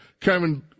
Kevin